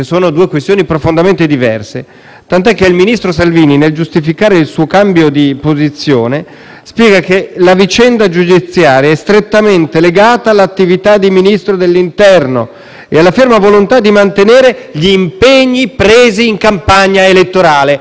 spiega che «la vicenda giudiziaria è strettamente legata all'attività di Ministro dell'interno e alla ferma volontà di mantenere gli impegni della campagna elettorale», che però non possono essere distanti o divergenti da quello che le norme di legge dicono.